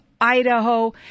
Idaho